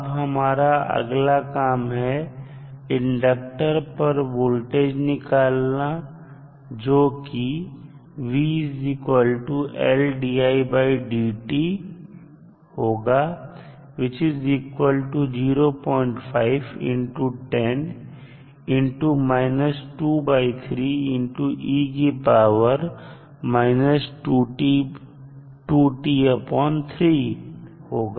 अब हमारा अगला काम है इंडक्टर पर वोल्टेज निकालना जो कि होगा